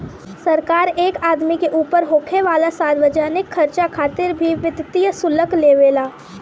सरकार एक आदमी के ऊपर होखे वाला सार्वजनिक खर्चा खातिर भी वित्तीय शुल्क लेवे ला